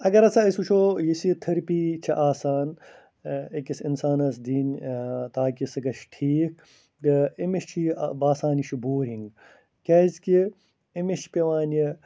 اَگر ہسا أسۍ وٕچھو یُس یہِ تھیٚرپی چھِ آسان أکِس اِنسانَس دِنۍ تاکہِ سُہ گژھِ ٹھیٖک تہٕ أمِس چھِ یہِ باسان یہِ چھِ بورِنٛگ کیٛازِکہِ أمِس چھِ پٮ۪وان یہِ